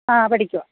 ആ പഠിക്കുകയാ